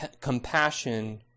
compassion